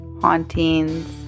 hauntings